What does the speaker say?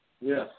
Yes